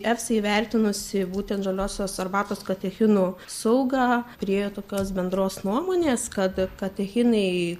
esa įvertinusi būtent žaliosios arbatos katechinų saugą prie tokios bendros nuomonės kad katechinai